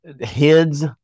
Heads